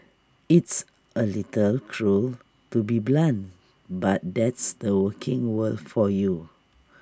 it's A little cruel to be blunt but that's the working world for you